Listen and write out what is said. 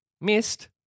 missed